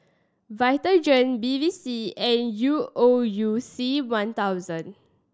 Vitagen Bevy C and U O U C one thousand